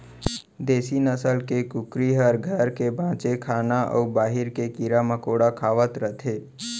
देसी नसल के कुकरी हर घर के बांचे खाना अउ बाहिर के कीरा मकोड़ा खावत रथे